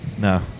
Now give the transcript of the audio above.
No